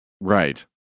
Right